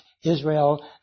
Israel